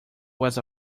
was